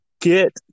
get